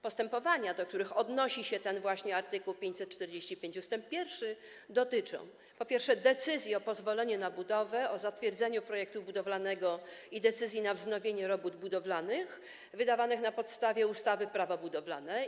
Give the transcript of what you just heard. Postępowania, do których odnosi się ten właśnie art. 545 ust. 1, dotyczą, po pierwsze, decyzji o pozwoleniu na budowę, decyzji o zatwierdzeniu projektu budowlanego i decyzji o wznowieniu robót budowlanych, wydawanych na podstawie ustawy Prawo budowlane.